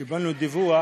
קיבלנו דיווח